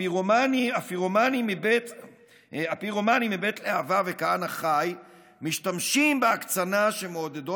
הפירומנים מבית להב"ה וכהנא חי משתמשים בהקצנה שמעודדות